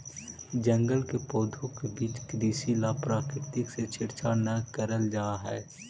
जंगल के पौधों के बीच कृषि ला प्रकृति से छेड़छाड़ न करल जा हई